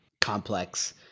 complex